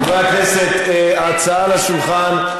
חברי הכנסת, ההצעה על השולחן,